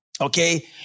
Okay